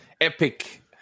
Epic